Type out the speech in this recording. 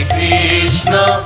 Krishna